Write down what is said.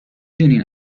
دونین